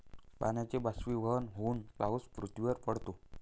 पाण्याचे बाष्पीभवन होऊन पाऊस पृथ्वीवर पडतो